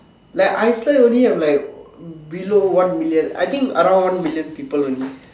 like Iceland only have like below one million around one million people only